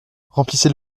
remplissez